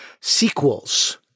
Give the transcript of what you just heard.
sequels